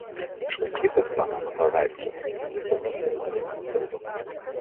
iš vaikystės pamenu paveikslą visad kėlusį man siaubą